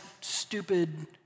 stupid